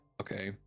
Okay